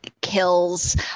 kills